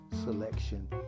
selection